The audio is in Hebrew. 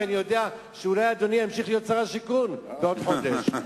כי אני יודע שאולי אדוני ימשיך להיות שר השיכון בעוד חודש.